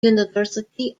university